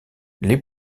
les